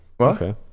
Okay